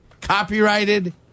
copyrighted